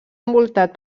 envoltat